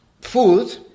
food